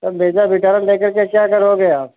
अब Brezza Vitara लेकर के क्या करोगे आप